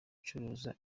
gucuruza